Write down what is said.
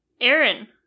Aaron